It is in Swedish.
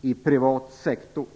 i privat sektor.